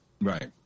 right